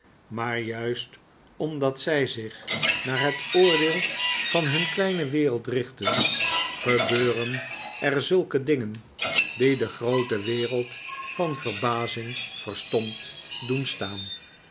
maar juist omdat zij zich naar het oordeel van hun kleine wereld richten gebeuren er zulke dingen die de groote wereld van verbazing verstomd doen staan